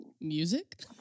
music